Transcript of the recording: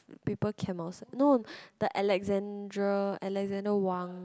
people camp outside no the Alexandra Alexandra Wang